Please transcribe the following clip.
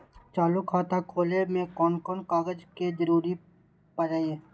चालु खाता खोलय में कोन कोन कागज के जरूरी परैय?